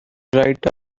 right